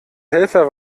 helfer